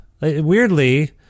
Weirdly